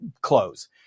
close